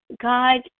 God